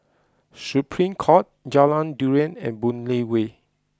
Supreme Court Jalan Durian and Boon Lay Way